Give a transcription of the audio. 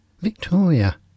Victoria